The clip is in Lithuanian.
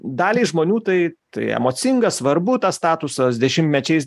daliai žmonių tai tai emocinga svarbu tas statusas dešimtmečiais